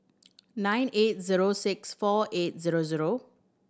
nine eight zero six four eight zero zero